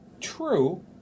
True